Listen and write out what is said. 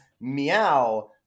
meow